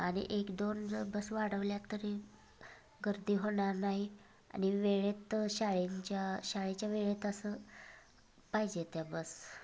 आणि एक दोन जर बस वाढवल्या तरी गर्दी होणार नाही आणि वेळेत शाळेंच्या शाळेच्या वेळेत असं पाहिजे त्या बस